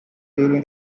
during